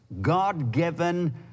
God-given